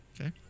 okay